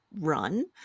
run